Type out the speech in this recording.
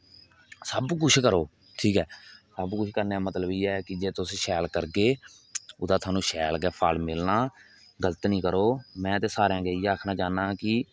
सब कुछ करो ठीक ऐ सब कुछ करने दा मतलब इयै है कि जेकर तुस शैल करगे ओहदा थुहानू शैल गै फल मिलना गल्त नेई करो में ते सारे अग्गे इयै आखना चाहन्नां कि